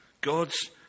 God's